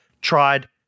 tried